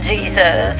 Jesus